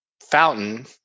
fountain